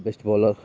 best bowler